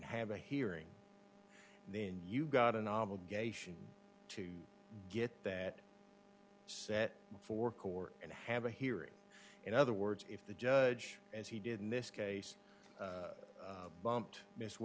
and have a hearing then you've got an obligation to get that set before court and have a hearing in other words if the judge as he did in this case bumped miss